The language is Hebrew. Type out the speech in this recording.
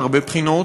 מהרבה בחינות,